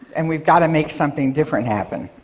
and we've got to make something different happen.